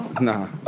Nah